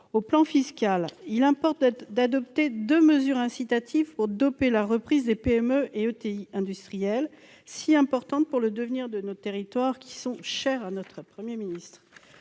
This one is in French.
le plan fiscal, il importe d'adopter deux mesures incitatives pour doper la reprise des PME et ETI industrielles, si importante pour le devenir de nos territoires, si chers à notre Premier ministre.